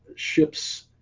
ships